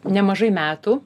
nemažai metų